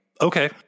okay